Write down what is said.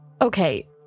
Okay